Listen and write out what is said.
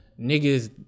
niggas